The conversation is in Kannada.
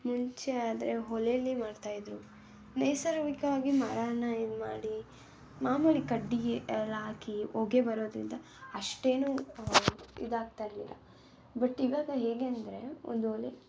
ಮುಂಚೆ ಆದರೆ ಒಲೇಲಿ ಮಾಡ್ತಾ ಇದ್ದರು ನೈಸರ್ಗಿಕವಾಗಿ ಮರವನ್ನ ಇದು ಮಾಡಿ ಮಾಮೂಲಿ ಕಡ್ಡಿ ಎಲ್ಲ ಹಾಕಿ ಹೊಗೆ ಬರೋದರಿಂದ ಅಷ್ಟೇನು ಇದಾಗ್ತ ಇರಲಿಲ್ಲ ಬಟ್ ಇವಾಗ ಹೇಗೆ ಅಂದರೆ ಒಂದು ಒಲೆ